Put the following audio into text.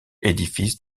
édifice